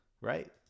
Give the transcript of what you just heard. right